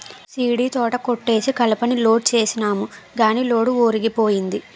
సీడీతోట కొట్టేసి కలపని లోడ్ సేసినాము గాని లోడు ఒరిగిపోయింది